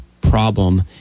problem